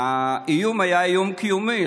האיום היה איום קיומי,